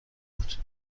بود